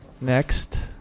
next